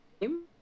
name